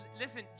Listen